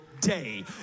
day